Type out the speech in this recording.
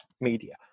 media